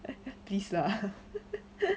please lah